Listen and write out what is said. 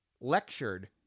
lectured